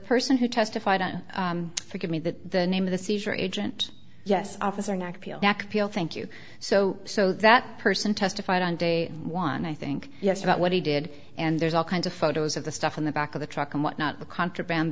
person who testified on forgive me that the name of the seizure agent yes officer thank you so so that person testified on day one i think yes about what he did and there's all kinds of photos of the stuff in the back of the truck and whatnot the contraband